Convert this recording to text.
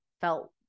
felt